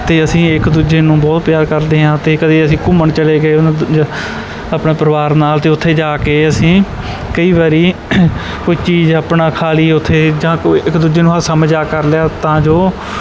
ਅਤੇ ਅਸੀਂ ਇੱਕ ਦੂਜੇ ਨੂੰ ਬਹੁਤ ਪਿਆਰ ਕਰਦੇ ਹਾਂ ਅਤੇ ਕਦੇ ਅਸੀਂ ਘੁੰਮਣ ਚਲੇ ਗਏ ਆਪਣਾ ਪਰਿਵਾਰ ਨਾਲ ਅਤੇ ਉੱਥੇ ਜਾ ਕੇ ਅਸੀਂ ਕਈ ਵਾਰੀ ਕੋਈ ਚੀਜ਼ ਆਪਣਾ ਖਾ ਲਈ ਉੱਥੇ ਜਾਂ ਕੋਈ ਇੱਕ ਦੂਜੇ ਨੂੰ ਹਾਸਾ ਮਜ਼ਾਕ ਕਰ ਲਿਆ ਤਾਂ ਜੋ